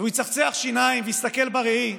ויצחצח שיניים, שיסתכל בראי,